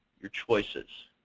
your choices.